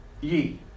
ye